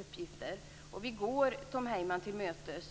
uppgifter. Vi går Tom Heyman till mötes.